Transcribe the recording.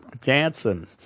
Jansen